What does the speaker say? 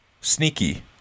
sneaky